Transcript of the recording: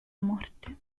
morte